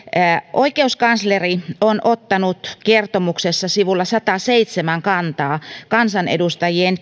oikeuskansleri on ottanut kertomuksessa sivulla sataseitsemän kantaa kansanedustajien